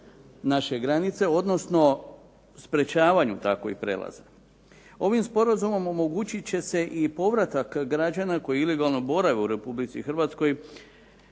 naše granice odnosno sprječavanju takvih prijelaza. Ovim sporazumom omogućit će se i povratak građana koji ilegalno borave u Republici Hrvatskoj